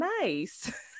nice